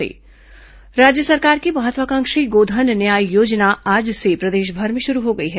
गोधन न्याय योजना राज्य सरकार की महत्वाकांक्षी गोधन न्याय योजना आज से प्रदेशभर में शुरू हो गई है